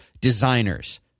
designers